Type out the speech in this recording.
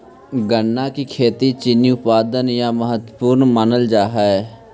गन्ना की खेती चीनी उत्पादन ला महत्वपूर्ण मानल जा हई